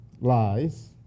lies